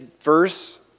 verse